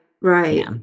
right